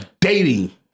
dating